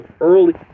early